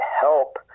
help